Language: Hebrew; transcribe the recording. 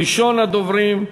ראשון הדוברים,